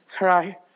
Right